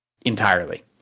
entirely